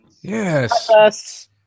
yes